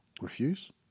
refuse